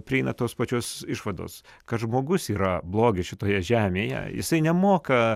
prieina tos pačios išvados kad žmogus yra blogis šitoje žemėje jisai nemoka